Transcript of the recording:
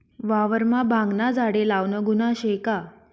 वावरमा भांगना झाडे लावनं गुन्हा शे का?